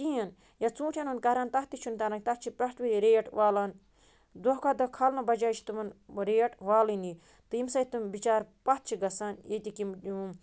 کِہیٖنۍ یا ژوٗنٛٹھٮ۪ن ہُنٛد کَرٕہَن تَتھ تہِ چھُنہٕ تران تَتھ چھِ پٮ۪ٹھٕ وٕ ریٹ والان دۄہ کھۄتہٕ دۄہ کھالنہٕ بَجایے چھِ تِمَن ریٹ والٲنی تہٕ ییٚمہِ سۭتۍ تِم بِچارٕ پَتھ چھِ گژھان یَتِکۍ یِم